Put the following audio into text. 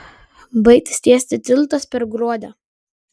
baigtas tiesti tiltas per gruodę